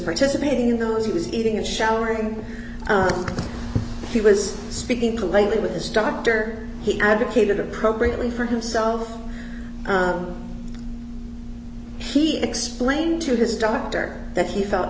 participating in the ones he was eating and showering he was speaking to lately with his doctor he advocated appropriately for himself he explained to his doctor that he felt